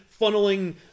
funneling